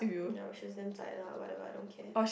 ya which was damn zai lah whatever I don't care